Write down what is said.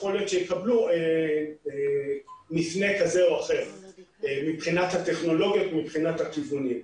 יכול להיות שיקבלו מפנה מבחינת הטכנולוגיות ומבחינת הכיוונים.